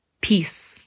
peace